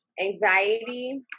anxiety